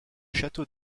château